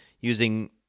using